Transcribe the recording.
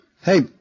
Hey